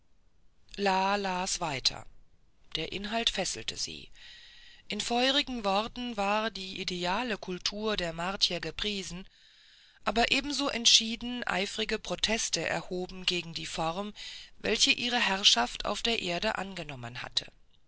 las weiter der inhalt fesselte sie in feurigen worten war die ideale kultur der martier gepriesen aber ebenso entschieden eifriger protest erhoben gegen die form welche ihre herrschaft auf der erde angenommen hatte